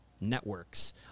networks